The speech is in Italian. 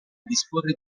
disporre